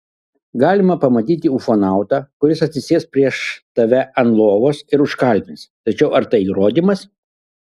galima pamatyti ufonautą kuris atsisės prieš tave ant lovos ir užkalbins tačiau ar tai įrodymas